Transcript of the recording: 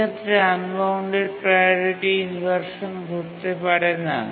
সেক্ষেত্রে unbounded priority inversion ঘটতে পারে না